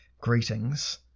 Greetings